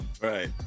Right